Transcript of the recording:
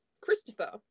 Christopher